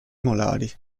molari